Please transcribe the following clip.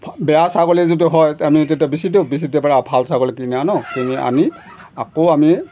বেয়া ছাগলী যিটো হয় আমি তেতিয়া বেচি দিওঁ বেচি তাৰ পৰা ভাল ছাগলী কিনি আনো কিনি আনি আকৌ আমি